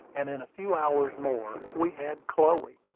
and in a few hours more we had chloe,